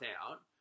out